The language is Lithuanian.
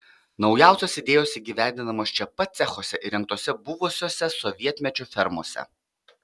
naujausios idėjos įgyvendinamos čia pat cechuose įrengtuose buvusiose sovietmečio fermose